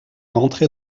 rentré